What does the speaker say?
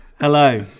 Hello